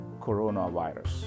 coronavirus